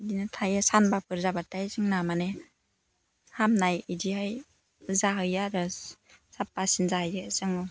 बिदिनो थायो सानबाफोर जाबाथाय जोंना माने हामनाय बिदिहाय जाहैयो आरो साफ्फासिन जाहैयो जोङो